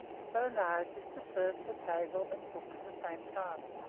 so large as to serve for table and book at the same time.